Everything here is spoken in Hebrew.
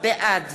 בעד